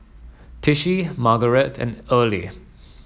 Tishie Margarette and Earley